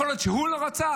יכול להיות שהוא לא רצה.